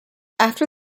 after